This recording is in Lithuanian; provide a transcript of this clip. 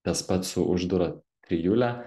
tas pats su uždura trijule